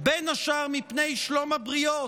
בין השאר מפני שלום הבריות,